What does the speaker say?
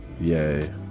yay